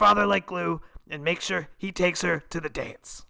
father like glue and make sure he takes her to the dates